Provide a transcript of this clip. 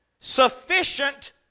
sufficient